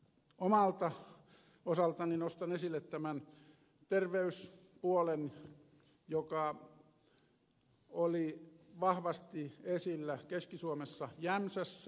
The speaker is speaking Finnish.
omalta osaltani nostan esille erityisesti tämän terveyspuolen joka oli vahvasti esillä keski suomessa jämsässä